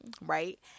right